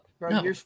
No